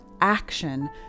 action